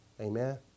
Amen